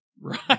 right